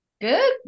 Good